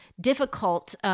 difficult